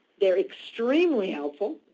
they're extremely helpful,